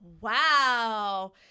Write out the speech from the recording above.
Wow